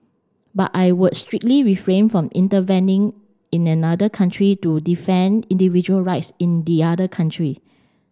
but I would strictly refrain from intervening in another country to defend individual rights in the other country